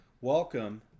Welcome